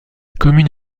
commune